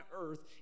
earth